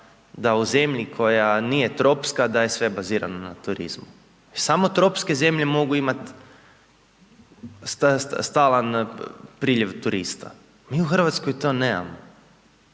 da u zemlji koja nije tropska da je sve bazirano na turizmu jer samo tropske zemlje mogu imati stalan priljev turista, mi u Hrvatskoj to nemamo.